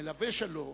המלווה שלו,